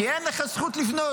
כי אין לך זכות לבנות.